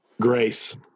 Grace